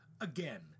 again